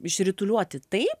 išrituliuoti taip